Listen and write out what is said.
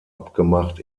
abgemacht